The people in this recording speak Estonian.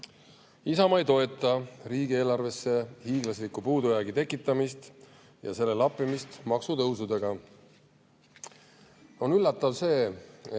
Isamaa ei toeta riigieelarvesse hiiglasliku puudujäägi tekitamist ja selle lappimist maksutõusudega. On üllatav, et